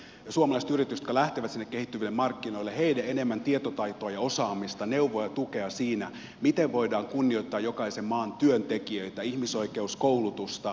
suomalaisille yrityksille jotka lähtevät sinne kehittyville markkinoille enemmän tietotaitoa ja osaamista neuvoa ja tukea siinä miten voidaan kunnioittaa jokaisen maan työntekijöitä ihmisoikeuskoulutusta